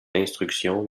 d’instruction